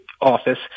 office